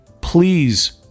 Please